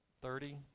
Thirty